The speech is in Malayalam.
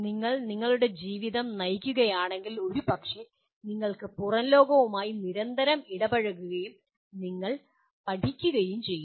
നിങ്ങൾ നിങ്ങളുടെ ജീവിതം നയിക്കുകയാണെങ്കിൽ ഒരുപക്ഷേ നിങ്ങൾ പുറം ലോകവുമായി നിരന്തരം ഇടപഴകുകയും നിങ്ങൾ പഠിക്കുകയും ചെയ്യുന്നു